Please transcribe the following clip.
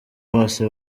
bose